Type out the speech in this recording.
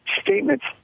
statements